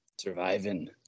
Surviving